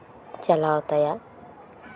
ᱪᱟᱞᱟᱣ ᱛᱟᱭᱟ